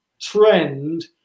trend